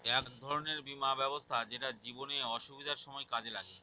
এক ধরনের বীমা ব্যবস্থা যেটা জীবনে অসুবিধার সময় কাজে লাগে